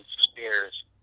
Spears